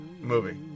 movie